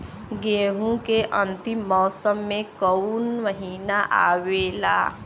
गेहूँ के अंतिम मौसम में कऊन महिना आवेला?